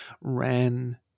Ran